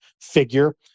figure